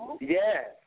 Yes